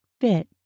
bit